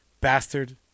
Bastard